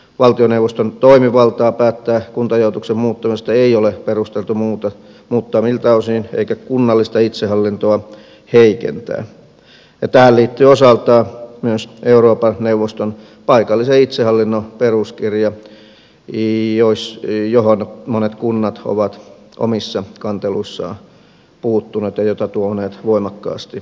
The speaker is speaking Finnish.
valtioneuvoston toimivaltaa päättää kuntajaotuksen muuttamisesta ei ole perusteltua muuttaa miltään osin eikä kunnallista itsehallintoa heikentää ja tähän liittyy osaltaan myös euroopan neuvoston paikallisen itsehallinnon peruskirja johon monet kunnat ovat omissa kanteluissaan puuttuneet ja jota tuoneet voimakkaasti esille